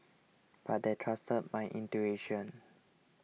but they trusted my intuition